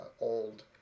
old